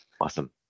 Awesome